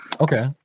Okay